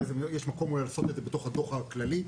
יש מקום אולי לעשות את זה בתוך הדו"ח הכללי .